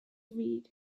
read